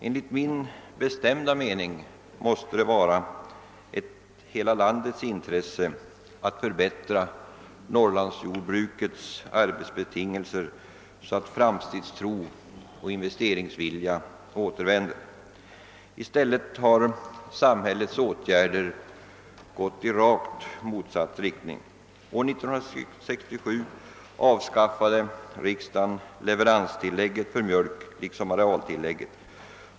Enligt min bestämda mening måste det vara ett hela landets intresse att förbättra Norrlandsjordbrukets arbetsbetingelser, så att framtidstro och investeringsvilja återvänder. I stället har samhällets åtgärder gått i rakt motsatt riktning. År 1967 avskaffade riksdagen leveranstillägget för mjölk liksom även arealtillägget.